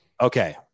Okay